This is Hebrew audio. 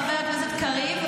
חבר הכנסת קריב,